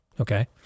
Okay